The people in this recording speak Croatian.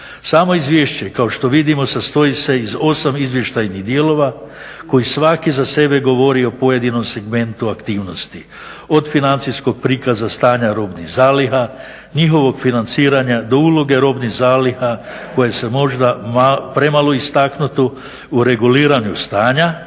Samo izvješće kao što vidimo sastoji se od osam izvještajnih dijelova koji svaki za sebe govori o pojedinom segmentu aktivnosti od financijskog prikaza stanja robnih zaliha, njihovog financiranja, do uloge robnih zaliha koje su možda premalo istaknute u reguliranju stanja